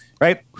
right